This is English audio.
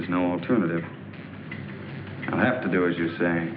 there's no alternative i have to do as you say